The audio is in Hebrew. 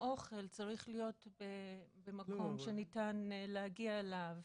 האוכל צריך להיות במקום שניתן להגיע אליו.